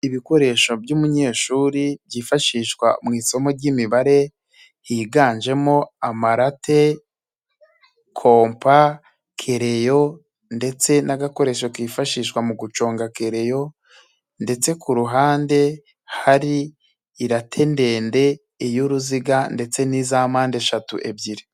ibikoresho by'umunyeshuri byifashishwa mu isomo ry'imibare higanjemo amarate compakeleyo ndetse n'agakoresho kifashishwa mu guconga kereyo ndetse ku ruhande hari irate ndende iy'uruziga ndetse n'iza mpande eshatu ebyiri.